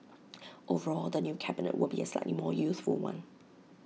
overall the new cabinet will be A slightly more youthful one